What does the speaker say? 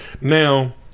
now